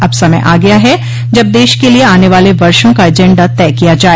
अब समय आ गया है जब देश क लिए आने वाले वर्षों का एजेंडा तय किया जाए